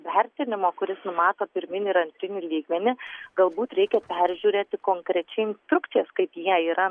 vertinimo kuris numato pirminį ir antrinį lygmenį galbūt reikia peržiūrėti konkrečiai instrukcijas kaip jie yra